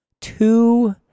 Two